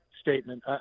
statement